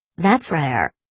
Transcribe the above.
that's rare.